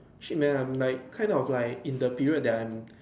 shit man I'm like kind of like in the period that I'm